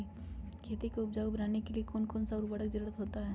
खेती को उपजाऊ बनाने के लिए कौन कौन सा उर्वरक जरुरत होता हैं?